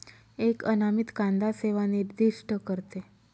एक अनामित कांदा सेवा निर्दिष्ट करते